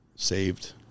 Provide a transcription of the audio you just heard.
saved